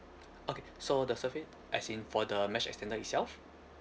okay so the surfing as in for the mesh extender itself